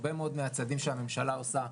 הרבה מאוד מהצעדים שהממשלה עושה,